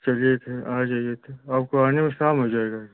चलिए तो आ जाइए तो आपको आने में शाम हो जाएगी